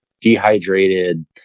dehydrated